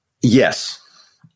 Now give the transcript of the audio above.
yes